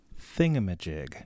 thingamajig